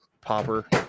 popper